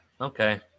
Okay